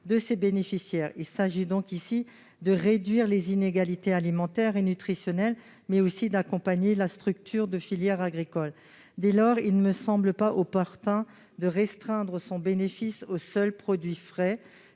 de ses bénéficiaires. Il s'agit non seulement de réduire les inégalités alimentaires et nutritionnelles, mais aussi d'accompagner la structuration de filières agricoles. Dès lors, il ne nous semble pas opportun de restreindre son bénéfice aux seuls produits frais,